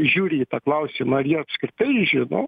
žiūri į tą klausimą ar jie apskritai žino